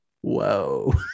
Whoa